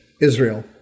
Israel